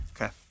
Okay